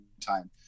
time